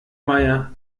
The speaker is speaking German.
meier